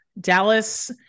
Dallas